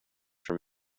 from